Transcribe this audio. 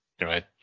right